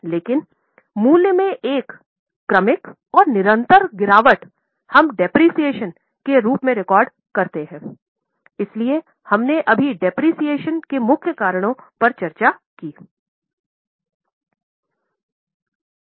लेकिन मूल्य में एक क्रमिक और निरंतर गिरावट हम मूल्यह्रास के प्रमुख कारणों पर चर्चा की है